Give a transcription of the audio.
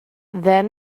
then